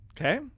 okay